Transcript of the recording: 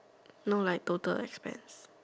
no like total as spent